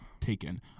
Taken